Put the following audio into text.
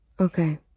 Okay